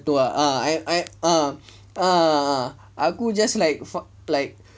ah ah ah ah aku just like